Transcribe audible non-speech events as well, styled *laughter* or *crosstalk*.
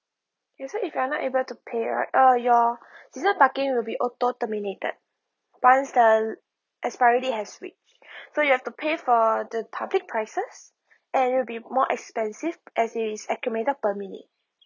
also if you're not able to pay right uh your *breath* season parking will be auto terminated once the expiry date has reached *breath* so you have to pay for the public prices and it'll be more expensive as it's acumulated per minute